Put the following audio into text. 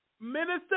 Minister